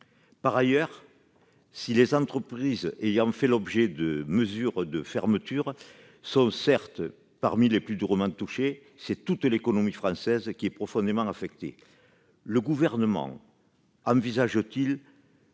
Par ailleurs, si les entreprises ayant fait l'objet de mesures de fermeture sont certes parmi les plus durement touchées, c'est toute l'économie française qui est profondément affectée. Le Gouvernement envisage-t-il